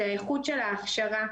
זה האיכות של ההכשרה,